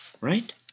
Right